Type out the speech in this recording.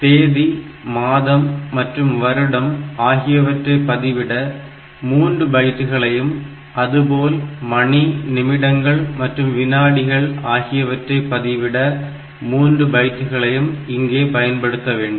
தேதி மாதம் மற்றும் வருடம் ஆகியவற்றை பதிவிட 3 பைட்களையும் அதுபோல மணி நிமிடங்கள் மற்றும் வினாடிகள் ஆகியவற்றை பதிவிட 3 பைட்களையும் இங்கே பயன்படுத்த வேண்டும்